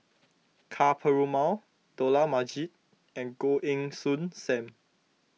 Ka Perumal Dollah Majid and Goh Heng Soon Sam